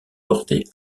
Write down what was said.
porté